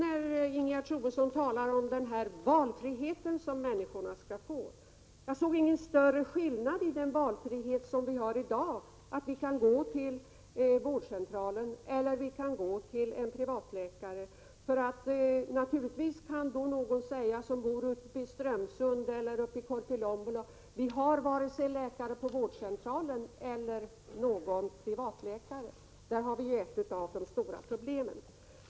När Ingegerd Troedsson talade om den valfrihet som människorna skall få, kunde jag inte finna någon större skillnad i förhållande till den valfrihet som vi har i dag. Vi kan gå till vårdcentralen eller till en privatläkare. Naturligtvis kan någon som bor i Strömsund eller Korpilombolo säga: Vi har vare sig någon läkare på vårdcentralen eller någon privatläkare. Här har vi ett av de stora problemen.